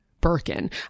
Birkin